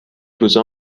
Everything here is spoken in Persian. روزا